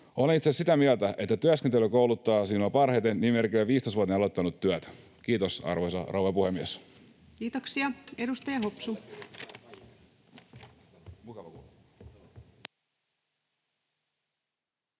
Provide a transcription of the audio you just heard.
Olen itse asiassa sitä mieltä, että työskentely kouluttaa siinä parhaiten, nimimerkillä 15-vuotiaana aloittanut työt. — Kiitos, arvoisa rouva puhemies. Kiitoksia. — Edustaja Hopsu.